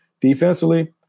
defensively